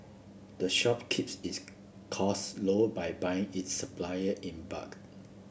the shop keeps its costs low by buying its supplier in bulk